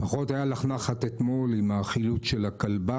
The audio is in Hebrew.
לפחות היה לך נחת אתמול עם החילוץ של הכלבה.